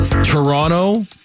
Toronto